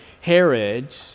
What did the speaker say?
Herod